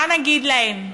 מה נגיד להן,